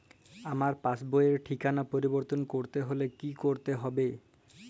আমার পাসবই র ঠিকানা পরিবর্তন করতে হলে কী করতে হবে?